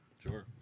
sure